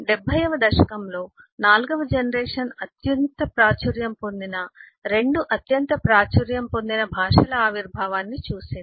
70 వ దశకంలో నాల్గవ జనరేషన్ అత్యంత ప్రాచుర్యం పొందిన 2 అత్యంత ప్రాచుర్యం పొందిన భాషల ఆవిర్భావాన్ని చూసింది